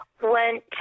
Went